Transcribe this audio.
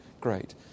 great